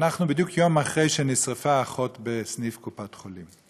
אנחנו בדיוק יום אחרי שנשרפה אחות בסניף קופת-חולים.